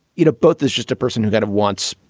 you know, both this just a person who kind of wants,